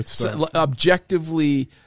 objectively